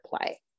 play